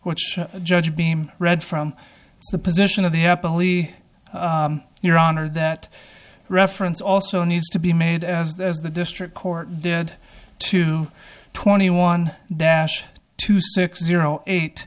which judge beam read from the position of the up only your honor that reference also needs to be made as the as the district court did to twenty one dash two six zero eight